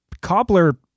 cobbler